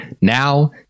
now